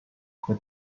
fue